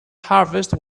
harvest